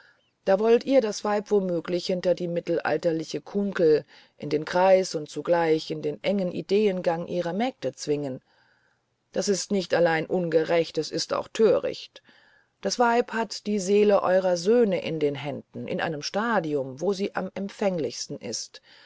da wollt ihr das weib womöglich hinter die mittelalterliche kunkel in den kreis und zugleich in den engen ideengang ihrer mägde zwingen das ist nicht allein ungerecht es ist auch thöricht das weib hat die seele eurer söhne in den händen in einem stadium wo sie am empfänglichsten ist